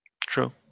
True